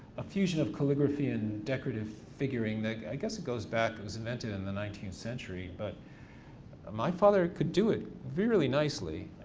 a fusion of calligraphy and decorative figuring that, i guess it goes back, it was invented in the nineteenth century, but my father could do it very nicely.